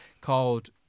called